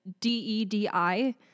D-E-D-I